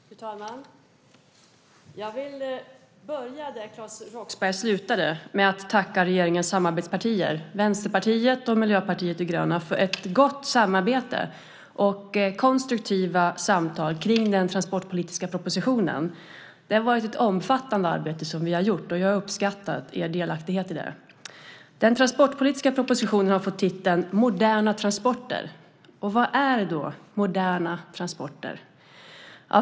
Fru talman! Jag vill börja där Claes Roxbergh slutade och tacka regeringens samarbetspartier, Vänsterpartiet och Miljöpartiet de gröna, för ett gott samarbete och konstruktiva samtal kring den transportpolitiska propositionen. Det har varit ett omfattande arbete. Jag har uppskattat er delaktighet i det. Den transportpolitiska propositionen har fått titeln Moderna transporter . Vad är då moderna transporter?